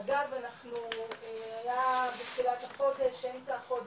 אגב אנחנו היה בתחילת החודש, אמצע החודש,